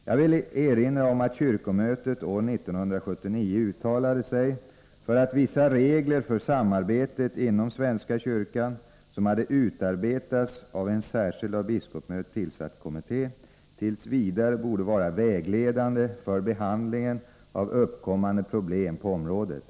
Jag vill erinra om att kyrkomötet år 1979 uttalade sig för att vissa regler för samarbetet inom svenska kyrkan, som hade utarbetats av en särskild av biskopsmötet tillsatt kommitté, t. v. borde vara vägledande för behandlingen av uppkommande problem på området.